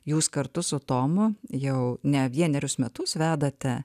jūs kartu su tomu jau ne vienerius metus vedate